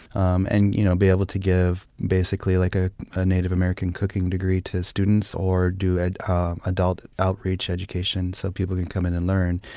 um and you know be able to give basically like ah a native american cooking degree to students or do an adult outreach education so people can come in and learn.